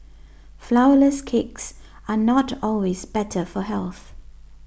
Flourless Cakes are not always better for health